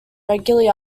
regularly